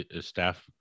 staff